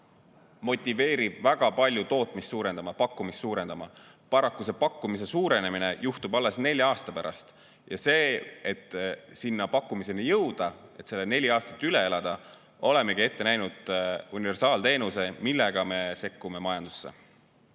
motiveerib väga palju tootmist suurendama, pakkumist suurendama. Paraku see pakkumise suurenemine juhtub alles nelja aasta pärast ja selleks, et sellise pakkumiseni jõuda, see neli aastat üle elada, olemegi ette näinud universaalteenuse, millega me sekkume majandusse.